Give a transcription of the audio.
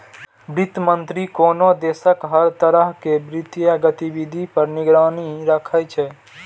वित्त मंत्री कोनो देशक हर तरह के वित्तीय गतिविधि पर निगरानी राखै छै